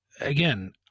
again